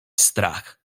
strach